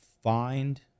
Find